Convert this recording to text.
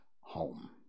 home